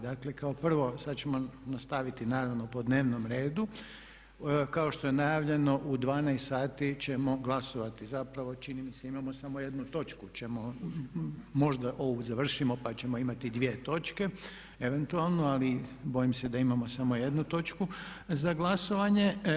Dakle kao prvo sad ćemo nastaviti naravno po dnevnom redu, kao što je najavljeno u 12 sati ćemo glasovati, zapravo čini mi se imamo samo jednu točku, možda ovu završimo pa ćemo imati dvije točke eventualno, ali bojim se da imao samo jednu točku za glasovanje.